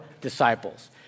disciples